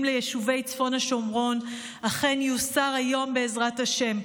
ליישובי צפון השומרון אכן יוסר היום בעזרת השם,